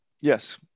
yes